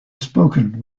spoken